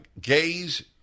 gays